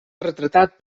retratat